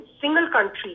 single-country